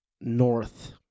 North